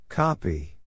Copy